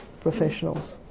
professionals